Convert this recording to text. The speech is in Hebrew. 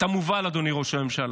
אתה מובל, אדוני ראש הממשלה,